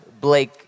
Blake